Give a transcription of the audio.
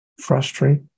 frustrate